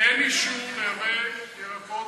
אין אישור לייבא ירקות,